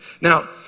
now